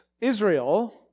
Israel